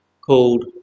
called